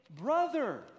brother